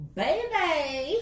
baby